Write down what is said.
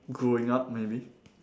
growing up maybe